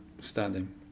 standing